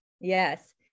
Yes